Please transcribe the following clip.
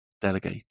delegate